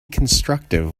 constructive